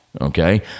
Okay